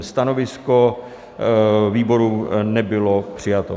Stanovisko výboru nebylo přijato.